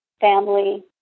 family